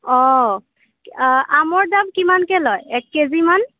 অঁ আ আমৰ দাম কিমানকৈ লয় এক কেজিমান